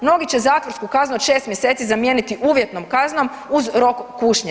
Mnogi će zatvorsku kaznu od 6 mjeseci zamijeniti uvjetnom kaznom uz rok kušnje.